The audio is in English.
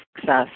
success